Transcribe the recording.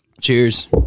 Cheers